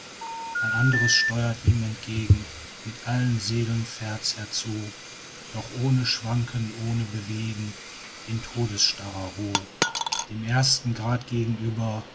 ein andres steuert ihm entgegen mit allen segeln fährt's herzu doch ohne schwanken ohne bewegen in todesstarrer ruh dem ersten grade gegenüber